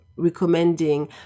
recommending